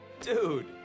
Dude